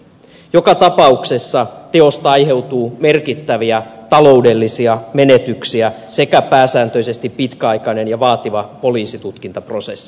joka tapauksessa teosta aiheutuu merkittäviä taloudellisia menetyksiä sekä pääsääntöisesti pitkäaikainen ja vaativa poliisitutkintaprosessi